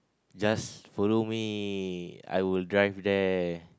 just follow me I will drive there